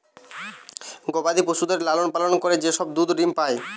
গবাদি পশুদের লালন পালন করে যে সব দুধ ডিম্ পাই